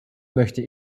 möchte